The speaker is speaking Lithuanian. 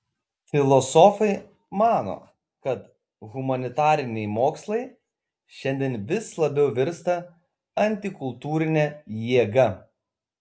filosofai mano kad humanitariniai mokslai šiandien vis labiau virsta antikultūrine jėga